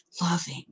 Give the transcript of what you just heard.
loving